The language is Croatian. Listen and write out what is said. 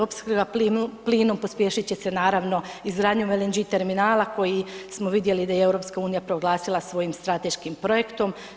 Opskrba plinom pospješit će se, naravno, izgradnjom LNG terminala koji smo vidjeli da i EU proglasila svojim strateškim projektom.